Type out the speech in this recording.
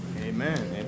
Amen